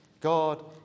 God